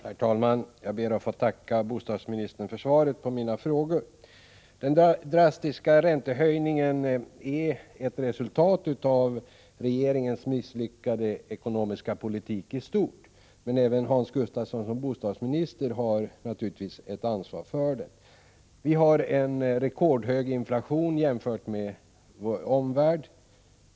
Herr talman! Jag ber att få tacka bostadsministern för svaret på mina frågor. Den drastiska räntehöjningen är ett resultat av regeringens misslyckade ekonomiska politik i stort. Men även Hans Gustafsson som bostadsminister har naturligtvis ett ansvar för den. Vi har en rekordhög inflation jämfört med vår omvärld.